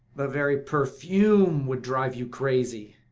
the very perfume would drive you crazy!